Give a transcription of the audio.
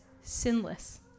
sinless